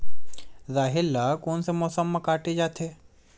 राहेर ल कोन से मौसम म काटे जाथे?